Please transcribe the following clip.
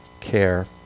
care